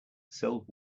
sold